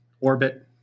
orbit